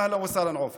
אהלן וסהלן, עופר.